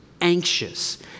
anxious